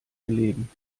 erleben